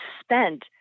spent